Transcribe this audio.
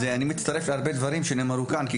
כי גם אנחנו נגד הסתה לטרור,